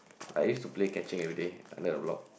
I used to play catching everyday under the block